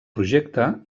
projecte